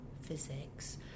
physics